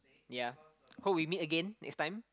ya hope we meet again next time